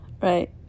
Right